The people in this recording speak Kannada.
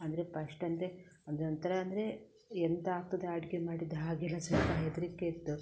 ಅಂದರೆ ಪಸ್ಟ್ ಅಂದರೆ ಅದೊಂಥರ ಅಂದರೆ ಎಂತ ಆಗ್ತದೆ ಅಡುಗೆ ಮಾಡಿದ ಹಾಗೆಲ್ಲ ಸ್ವಲ್ಪ ಹೆದರಿಕೆ ಇತ್ತು